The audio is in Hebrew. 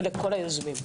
ולכל היוזמים.